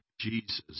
Jesus